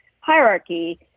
hierarchy